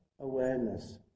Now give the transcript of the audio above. awareness